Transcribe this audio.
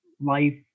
life